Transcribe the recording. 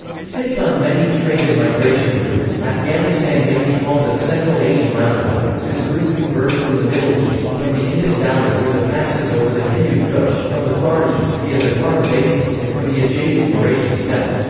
sitting on many trade and migration routes, afghanistan afghanistan may be called the central asian roundabout since routes converge from the middle east, from the indus valley through the passes over the hindu kush, from the far east via the tarim basin, and from the adjacent eurasian steppe.